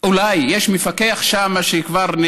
אולי יש מפקח שם שכבר,